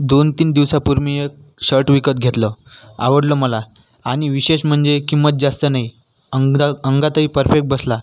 दोन तीन दिवसांपूर्वी मी एक शर्ट विकत घेतला आवडला मला आणि विशेष म्हणजे किंमत जास्त नाही अंगजा अंगातही परफेक्ट बसला